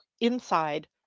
inside